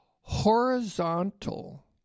Horizontal